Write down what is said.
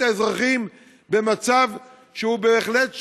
כדי לשרת את האזרחים במצב שהוא בהחלט שונה,